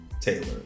Taylor